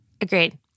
Agreed